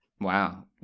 Wow